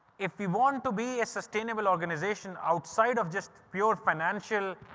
if we want to be a sustainable organisation outside of just pure financial